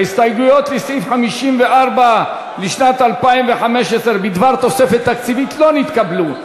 ההסתייגויות לסעיף 54 לשנת 2015 בדבר תוספת תקציבית לא נתקבלו.